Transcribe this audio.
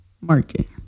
market